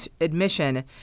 admission